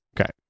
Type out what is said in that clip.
Okay